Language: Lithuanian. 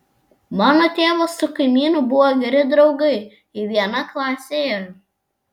mano tėvas su kaimynu buvo geri draugai į vieną klasę ėjo